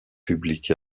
publique